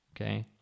Okay